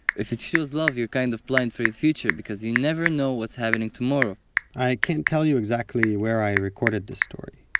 if you choose love you're kind of blind for the future because you never know what's happening tomorrow i can't tell you exactly where i recorded this story.